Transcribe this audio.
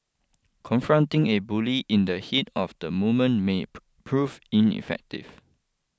confronting a bully in the heat of the moment may prove ineffective